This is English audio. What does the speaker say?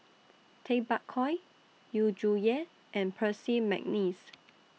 Tay Bak Koi Yu Zhuye and Percy Mcneice